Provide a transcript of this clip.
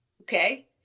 Okay